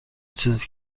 چیزی